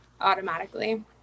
automatically